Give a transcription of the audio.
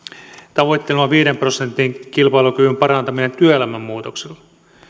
tavoittelema viiden prosentin kilpailukyvyn parantaminen työelämän muutoksella